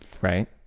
Right